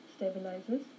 stabilizes